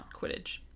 Quidditch